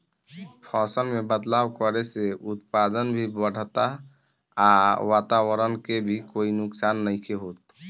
फसल में बदलाव करे से उत्पादन भी बढ़ता आ वातवरण के भी कोई नुकसान नइखे होत